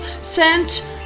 sent